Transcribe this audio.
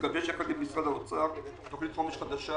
ונגבש ביחד עם משרד האוצר תוכנית חומש חדשה